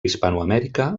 hispanoamèrica